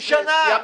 שאפשר.